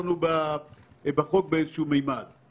איפה אתה רואה את המימד הבעיתי מהצד